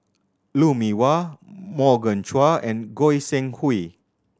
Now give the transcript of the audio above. Lou Mee Wah Morgan Chua and Goi Seng Hui